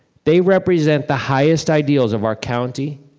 they represent the highest ideals of our county,